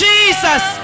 Jesus